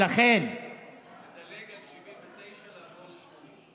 לדלג על 79, לעבור ל-80.